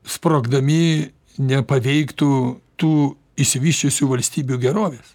sprogdami nepaveiktų tų išsivysčiusių valstybių gerovės